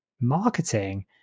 marketing